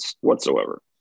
whatsoever